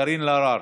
קארין אלהרר.